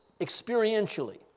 experientially